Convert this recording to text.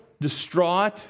distraught